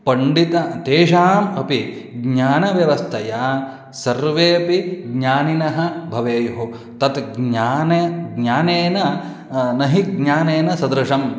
पण्डिताः तेषाम् अपि ज्ञानव्यवस्थया सर्वेऽपि ज्ञानिनः भवेयुः तत् ज्ञानं ज्ञानेन न हि ज्ञानेन सदृशम्